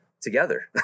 together